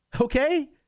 Okay